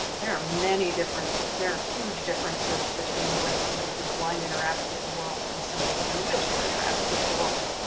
there are many differences there are huge differences between the way somebody who's blind interacts with the world and somebody who's in a wheelchair may react with the world.